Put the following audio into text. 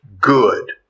good